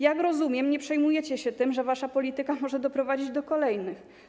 Jak rozumiem, nie przejmujecie się tym, że wasza polityka może doprowadzić do kolejnych zgonów.